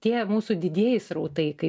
tie mūsų didieji srautai kai